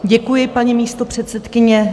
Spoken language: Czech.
Děkuji, paní místopředsedkyně.